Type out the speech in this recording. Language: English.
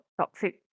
toxic